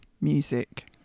music